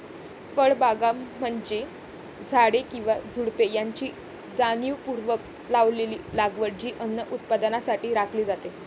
फळबागा म्हणजे झाडे किंवा झुडुपे यांची जाणीवपूर्वक लावलेली लागवड जी अन्न उत्पादनासाठी राखली जाते